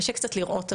קשה קצת לראות,